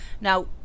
Now